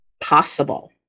possible